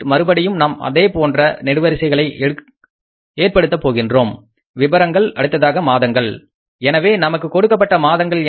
மறுபடியும் நாம் அதேபோன்ற நெடுவரிசைகளை ஏற்படுத்த போகின்றோம் விவரங்கள் அடுத்ததாக மாதங்கள் எனவே நமக்கு கொடுக்கப்பட்ட மாதங்கள் என்ன